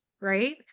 right